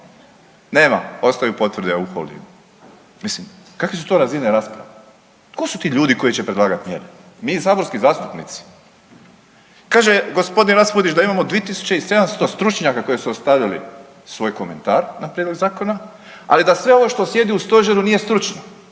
nema ostaju potvrde u Holdingu. Mislim kakve su to razine rasprava? Tko su ti ljudi koji će predlagati mjere, mi saborski zastupnici? Kaže g. Raspudić da imamo 2.700 stručnjaka koji su ostavili svoj komentar na prijedlog zakona, ali da sve ovo što sjedi u stožeru nije stručno.